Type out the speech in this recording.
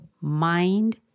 Mind